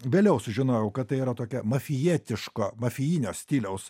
vėliau sužinojau kad tai yra tokia mafijietiško mafijinio stiliaus